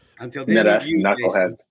knuckleheads